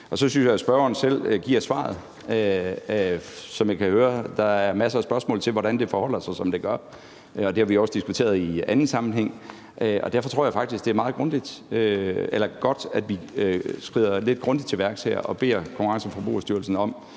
Så synes jeg, at spørgeren selv giver svaret. Som jeg kan høre, er der masser af spørgsmål til, hvorfor det forholder sig, som det gør, og det har vi også diskuteret i anden sammenhæng. Derfor tror jeg faktisk, at det er meget godt, at vi skrider lidt grundigt til værks her og beder Konkurrence- og Forbrugerstyrelsen om